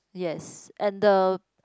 yes and the